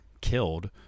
killed